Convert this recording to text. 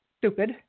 stupid